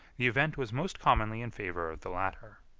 the event was most commonly in favor of the latter.